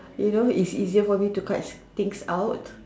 you know it's easier for me to clutch things out